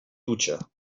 dutxa